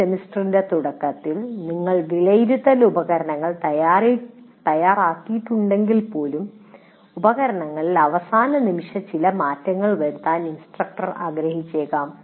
ഒരു സെമസ്റ്ററിന്റെ തുടക്കത്തിൽ നിങ്ങൾ വിലയിരുത്തൽ ഉപകരണങ്ങൾ തയ്യാറാക്കിയിട്ടുണ്ടെങ്കിൽപ്പോലും ഉപകരണങ്ങളിൽ അവസാന നിമിഷം ചില മാറ്റങ്ങൾ വരുത്താൻ ഇൻസ്ട്രക്ടർ ആഗ്രഹിച്ചേക്കാം